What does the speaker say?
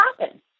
happen